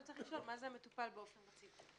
מה זה מטופל באופן רציף?